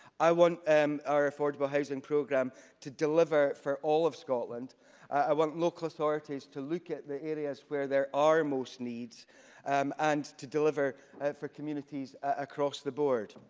i want and our affordable housing programme to deliver for all of scotland and i want local authorities to look at the areas where there are most needs um and to deliver for communities across the board.